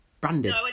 branded